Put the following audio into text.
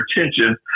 attention